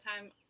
time